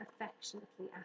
affectionately